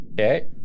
Okay